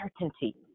certainty